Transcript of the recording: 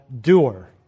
doer